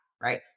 right